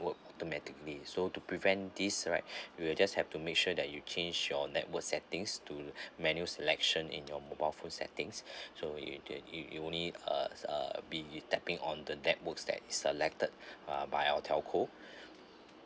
automatically so to prevent these right you'll just have to make sure that you change your network settings to manual selection in your mobile phone settings so it it will only uh uh be tapping on the networks that's selected uh by our telco